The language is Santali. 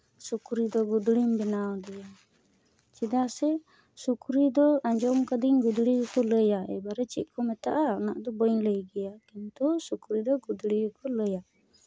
ᱥᱩᱠᱨᱤ ᱫᱚ ᱜᱩᱫᱽᱲᱤᱢ ᱵᱮᱱᱟᱣ ᱟᱫᱮᱭᱟ ᱪᱮᱫᱟᱜ ᱥᱮ ᱥᱩᱠᱨᱤ ᱫᱚ ᱟᱸᱡᱚᱢ ᱠᱟᱹᱫᱟᱹᱧ ᱜᱩᱫᱽᱲᱤ ᱜᱮᱠᱚ ᱞᱟᱹᱭᱟ ᱮᱵᱟᱨᱮ ᱪᱮᱫ ᱠᱚ ᱢᱮᱛᱟᱜᱼᱟ ᱚᱱᱟ ᱫᱚ ᱵᱟᱹᱧ ᱞᱟᱹᱭ ᱠᱮᱭᱟ ᱠᱤᱱᱛᱩ ᱥᱩᱠᱨᱤ ᱫᱚ ᱜᱩᱫᱽᱲᱚ ᱜᱮᱠᱚ ᱞᱟᱹᱭᱟ